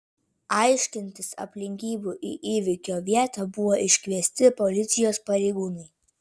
aiškintis aplinkybių į įvykio vietą buvo iškviesti policijos pareigūnai